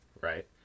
right